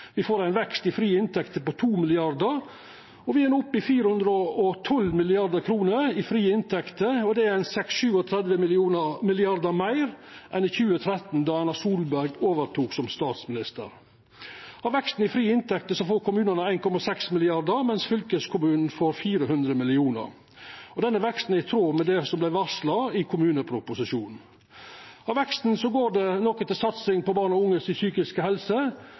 får ein vekst i frie inntekter på 2 mrd. kr, og me er no oppe i 412 mrd. kr i frie inntekter. Dette er ca. 36–37 mrd. kr meir enn i 2013, då Erna Solberg overtok som statsminister. Av veksten i frie inntekter får kommunane 1,6 mrd. kr, mens fylkeskommunane får 400 mill. kr. Denne veksten er i tråd med det som vart varsla i kommuneproposisjonen. Av veksten går noko til satsing på barn og unge si psykiske helse,